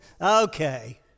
Okay